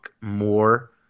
more